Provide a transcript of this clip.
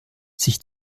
sich